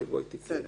א)